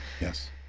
Yes